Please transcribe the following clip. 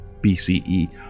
BCE